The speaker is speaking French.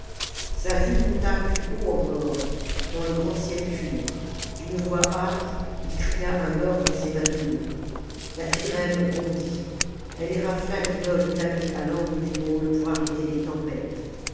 sa vue monta plus haut encore dans le grand ciel pur d'une voix âpre il cria un ordre à ses matelots la trirème bondit elle érafla l'idole établie à l'angle du môle pour arrêter les tempêtes